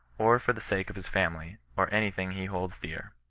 or for the sake of his family, or any thing he holds dear.